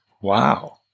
wow